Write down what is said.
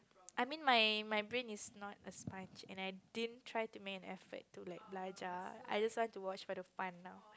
I mean my my brain is not a sponge and I didn't try to make an effort to like blanch I just want want to watch for the fun now